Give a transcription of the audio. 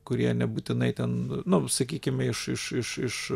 kurie nebūtinai ten nu sakykime iš iš iš